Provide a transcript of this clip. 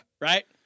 Right